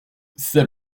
c’est